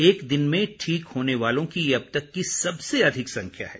एक दिन में ठीक होने वालों की यह अब तक की सबसे अधिक संख्या है